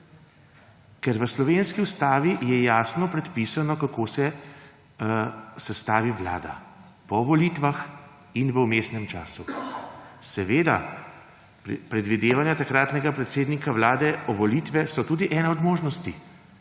V slovenski ustavi je jasno predpisano, kako se sestavi vlada po volitvah in v vmesnem času. Seveda predvidevanja takratnega predsednika vlade o volitvah so tudi ena od možnosti,